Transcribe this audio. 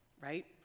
right